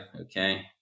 okay